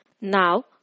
Now